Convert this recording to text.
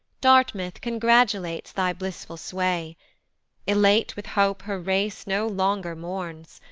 dartmouth, congratulates thy blissful sway elate with hope her race no longer mourns,